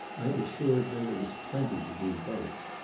i assured her there was plenty to do both,